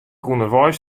ûnderweis